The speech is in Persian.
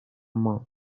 ماند